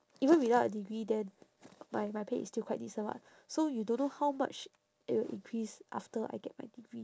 even without a degree then my my pay is still quite decent [what] so you don't know how much it will increase after I get my degree